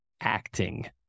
acting